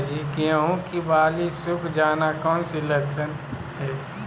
गेंहू की बाली सुख जाना कौन सी लक्षण है?